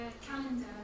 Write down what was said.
calendar